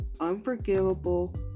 Unforgivable